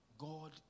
God